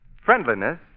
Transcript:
Friendliness